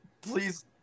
Please